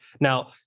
Now